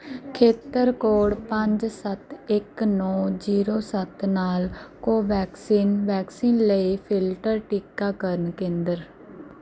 ਖੇਤਰ ਕੋਡ ਪੰਜ ਸੱਤ ਇੱਕ ਨੌਂ ਜੀਰੋ ਸੱਤ ਨਾਲ ਕੋਵੈਕਸਿਨ ਵੈਕਸੀਨ ਲਈ ਫਿਲਟਰ ਟੀਕਾਕਰਨ ਕੇਂਦਰ